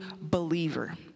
believer